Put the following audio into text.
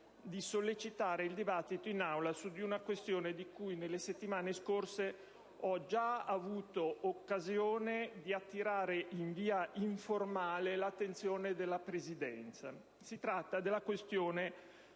di sollecitare il dibattito in Aula su di una questione di cui nelle settimane scorse ho già avuto occasione di attirare in via informale l'attenzione della Presidenza. Si tratta della questione